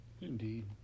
Indeed